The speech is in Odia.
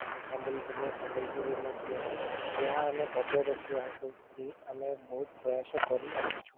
ସମ୍ବଲପୁରରେ ସମ୍ବଲପୁରୀ ନୃତ୍ୟ ଏହା ଆମେ ବଜାୟ ରଖିବାକୁ ଆମେ ବହୁତ ପ୍ରୟାସ କରିଆସିଛୁ